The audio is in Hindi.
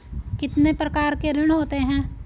कितने प्रकार के ऋण होते हैं?